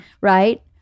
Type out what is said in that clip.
Right